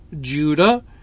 Judah